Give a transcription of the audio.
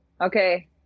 okay